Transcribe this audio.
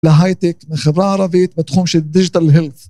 להייטק מחברה ערבית בתחום של דיגיטל הלפ.